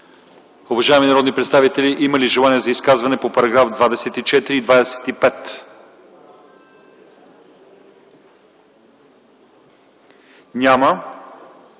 Уважаеми народни представители, има ли желания за изказвания от § 17 до § 21? Няма.